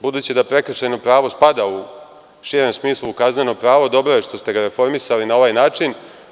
Budući da prekršajno pravo spada u širem smislu u kazneno pravo, dobro je što ste ga reformisali na ovaj način.